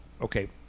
Okay